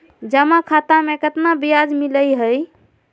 जमा खाता में केतना ब्याज मिलई हई?